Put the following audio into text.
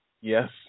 Yes